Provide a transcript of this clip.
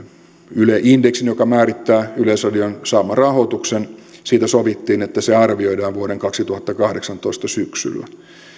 yle indeksistä joka määrittää yleisradion saaman rahoituksen sovittiin että se arvioidaan vuoden kaksituhattakahdeksantoista syksyllä